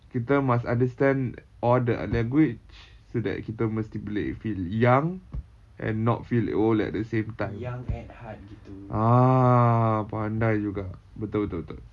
kita must understand all the language so that kita mesti boleh feel young and not feel old at the same time ah pandai juga betul betul betul